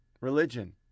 religion